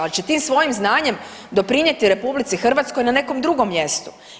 Ali će tim svojim znanjem doprinijeti RH na nekom drugom mjestu.